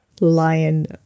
Lion